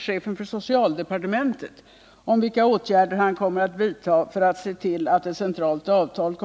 Herr talman!